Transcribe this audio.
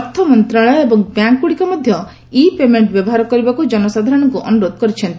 ଅର୍ଥମନ୍ତ୍ରଣାଳୟ ଏବଂ ବ୍ୟାଙ୍କଗୁଡ଼ିକ ମଧ୍ୟ ଇ ପେମେଣ୍ଟ ବ୍ୟବହାର କରିବାକୁ ଜନସାଧାରଣଙ୍କୁ ଅନୁରୋଧ କରିଛନ୍ତି